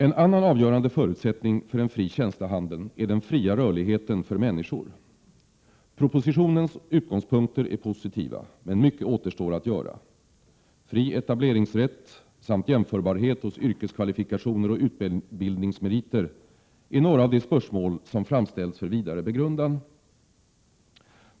En annan avgörande förutsättning för en fri tjänstehandel är den fria rörligheten för människor. Propositionens utgångspunkter är positiva, men mycket återstår att göra. Fri etableringsrätt samt jämförbarhet hos yrkeskvalifikationer och utbildningsmeriter är några av de spörsmål som framställs för vidare begrundan.